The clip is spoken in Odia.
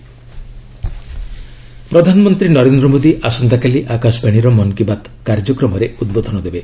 ମନ୍ କୀ ବାତ୍ ପ୍ରଧାନମନ୍ତ୍ରୀ ନରେନ୍ଦ୍ର ମୋଦି ଆସନ୍ତକାଲି ଆକାଶବାଣୀର ମନ୍ କୀ ବାତ୍ କାର୍ଯ୍ୟକ୍ରମରେ ଉଦ୍ବୋଧନ ଦେବେ